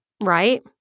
Right